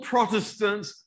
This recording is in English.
Protestants